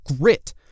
grit